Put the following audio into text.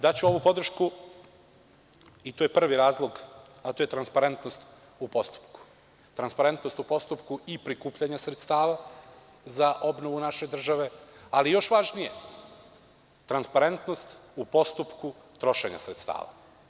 Daću ovu podršku, i to je prvi razlog, a to je transparentnost u postupku, transparentnost u postupku prikupljanja sredstava za obnovu naše države, ali još važnije, transparentnost u postupku trošenja sredstava.